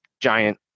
giant